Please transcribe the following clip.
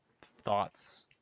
thoughts